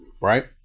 right